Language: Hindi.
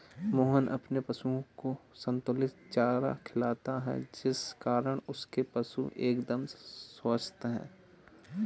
मोहन अपने पशुओं को संतुलित चारा खिलाता है जिस कारण उसके पशु एकदम स्वस्थ हैं